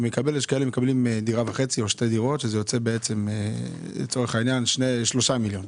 יש כאלו שמקבלים דירה וחצי או שתי דירות שזה יוצא בעצם שלושה מיליון,